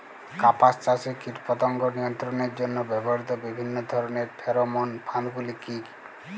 কাপাস চাষে কীটপতঙ্গ নিয়ন্ত্রণের জন্য ব্যবহৃত বিভিন্ন ধরণের ফেরোমোন ফাঁদ গুলি কী?